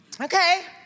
Okay